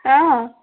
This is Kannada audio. ಹಾಂ